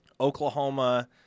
Oklahoma